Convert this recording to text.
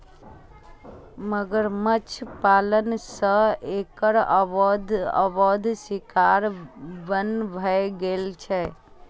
मगरमच्छ पालन सं एकर अवैध शिकार बन्न भए गेल छै